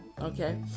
okay